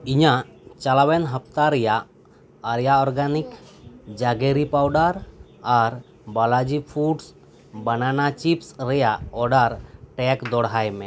ᱤᱧᱟᱹᱜ ᱪᱟᱞᱟᱣᱮᱱ ᱦᱟᱯᱛᱟ ᱨᱮᱱᱟᱜ ᱟᱨᱭᱟ ᱚᱨᱜᱟᱱᱤᱠ ᱡᱟᱜᱮᱨᱤ ᱯᱟᱣᱰᱟᱨ ᱟᱨ ᱵᱟᱞᱟᱡᱤ ᱯᱷᱩᱰᱥ ᱵᱮᱱᱟᱱᱟ ᱪᱤᱯᱥ ᱨᱮᱱᱟᱜ ᱚᱰᱟᱨ ᱴᱟᱜ ᱫᱚᱦᱲᱟᱭᱢᱮ